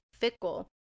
fickle